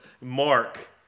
Mark